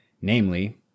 namely